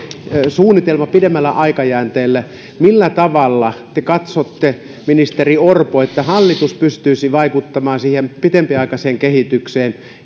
suunnitelma pidemmällä aikajänteellä millä tavalla te katsotte ministeri orpo että hallitus pystyisi vaikuttamaan siihen pitempiaikaiseen kehitykseen